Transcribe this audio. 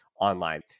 online